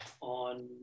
on